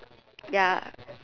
ya